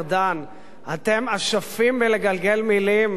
אתם אשפים בלגלגל מלים, חבל על הזמן.